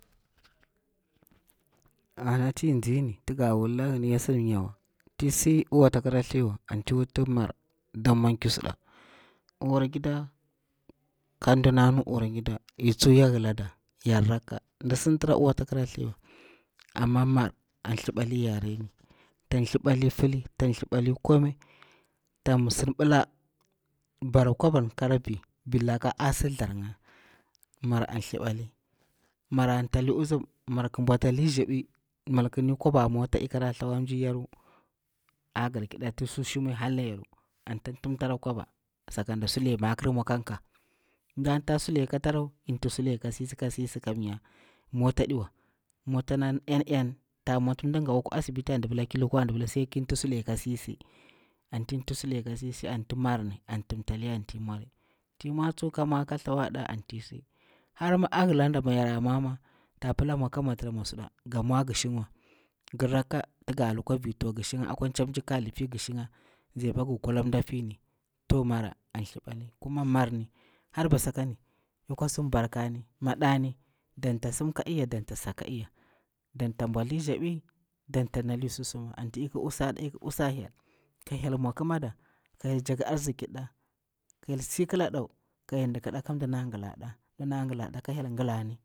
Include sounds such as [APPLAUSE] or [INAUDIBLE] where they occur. Arna ti i tsiri, tiga wula ngini ya sidi myawa, ti si uwa aɗeta krathiwa, anti avuti marar na mwanci suɗa, uwargida ka dina kwa nu uwar gida, i tsuwa ya hilada, yan rakka, ndi sintira uwa aɗeta krathiwa, amma maranna thliptali yare ni, ta thliptali fili, ta pila bara ƙwaba virlaka asi tharnga, tan thliptali shanga su, marki bwa tali nzabi, tak ni ƙwaba mota tira thlawari su hara a yaru, sakaɗa sule makir mwa ka kala, anti tima sule ka sisi ka sisi kam nya mota a ɗiwa, motar nn ta mwanti mdi gawa akwa asibiti an di pila ki lukwa andi pila sai ki ti sule ka sisi, anti tsu marni tan timtali, a hila nda ni ya mwa ma tsa pila mwa ka mwa tira mwa suda, ga mwa ngi shingwa, nga lukwa vi tuwa ngi shigang apa ngi kula mda a fini. To marah tan thibali har basakani ya kwa sim barkani, maɗani dan ta sim ka iya, dan ta sa ka iya, dan ta bwali nzabi, dan ta nali susuma. Anti ik usuɗa, ik usa hyel, ka hyel mwa a kimada, ka hyel tsi ƙilaɗcu, ka hyel diki nda ka mdina ngilaɗa. [UNINTELLIGIBLE]